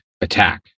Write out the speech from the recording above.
attack